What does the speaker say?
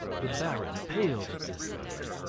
the baron paled at this sight.